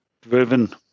driven